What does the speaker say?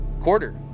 quarter